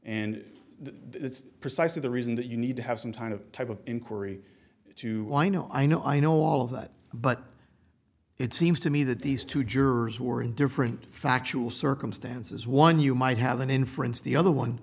and it's precisely the reason that you need to have some time to type of inquiry to i know i know i know all of that but it seems to me that these two jurors who are in different factual circumstances one you might have an inference the other one